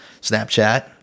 Snapchat